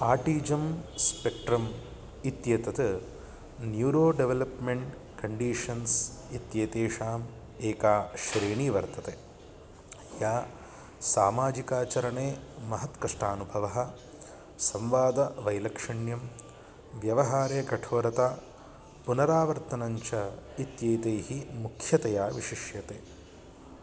आर्टि जम् स्पेक्ट्रम् इत्येतत् neurodevelopment conditions इत्येतेषाम् एका श्रेणी वर्तते या सामाजिकाचरणे महान् कष्टानुभवः संवादवैलक्षण्यं व्यवहारे कठोरता पुनरावर्तनञ्च इत्येतैः मुख्यतया विशिष्यते